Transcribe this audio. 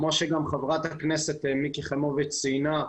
כמו שגם חברת הכנסת מיקי חיימוביץ' ציינה,